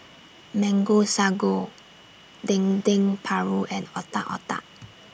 Mango Sago Dendeng Paru and Otak Otak